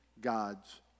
God's